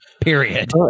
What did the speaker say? Period